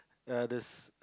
ya the s~